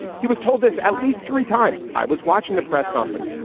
he was told this at least three times. i was watching the press conference.